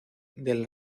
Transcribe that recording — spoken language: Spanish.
del